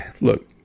Look